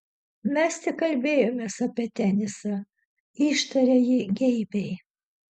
mes tik kalbėjomės apie tenisą ištarė ji geibiai